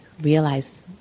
realize